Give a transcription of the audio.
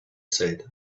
said